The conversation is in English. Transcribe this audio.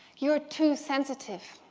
you're too sensitive!